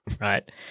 right